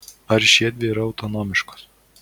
ar šiedvi yra autonomiškos